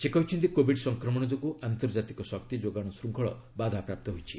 ସେ କହିଛନ୍ତି କୋବିଡ୍ ସଂକ୍ରମଣ ଯୋଗୁଁ ଆନ୍ତର୍ଜାତିକ ଶକ୍ତି ଯୋଗାଣ ଶୃଙ୍ଖଳ ବାଧାପ୍ରାପ୍ତ ହୋଇଛି